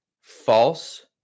false